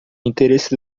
interesse